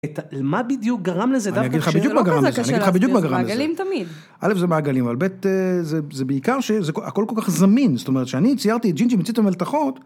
את מה בדיוק גרם לזה דווקא כאשר... אני אגיד לך בדיוק מה גרם לזה, אני אגיד לך בדיוק מה גרם לזה. מעגלים תמיד. א', זה מעגלים, אבל ב', זה בעיקר שזה הכל כל כך זמין, זאת אומרת שאני ציירתי את ג'ינג'י מציץ מלתחות.